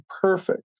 perfect